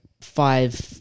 five